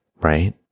right